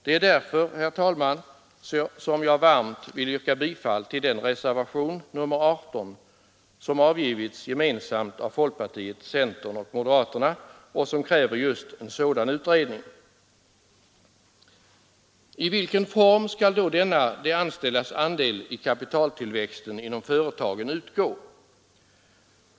Det är därför, herr talman, som jag varmt vill yrka bifall till reservationen 18 som avgivits gemensamt av folkpartiet, centern och moderaterna och som kräver just en sådan utredning. I vilken form skall då denna de anställdas andel i kapitaltillväxten inom företagen utgå?